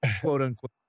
quote-unquote